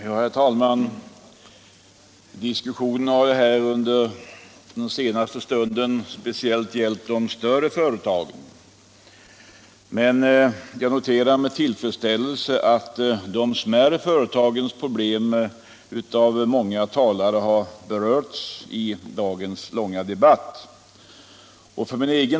Herr talman! Diskussionen har den senaste stunden speciellt gällt de stora företagen, men jag noterar med tillfredsställelse att de mindre företagens problem har berörts av många talare i dagens långa debatt.